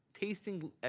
tasting